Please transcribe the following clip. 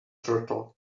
turtle